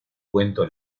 cuento